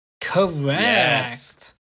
Correct